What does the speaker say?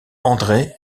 andré